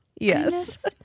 Yes